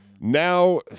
Now